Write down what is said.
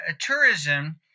tourism